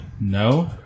No